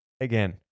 again